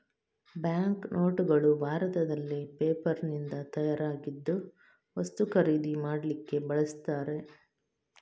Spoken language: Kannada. ಬ್ಯಾಂಕು ನೋಟುಗಳು ಭಾರತದಲ್ಲಿ ಪೇಪರಿನಿಂದ ತಯಾರಾಗಿದ್ದು ವಸ್ತು ಖರೀದಿ ಮಾಡ್ಲಿಕ್ಕೆ ಬಳಸ್ತಾರೆ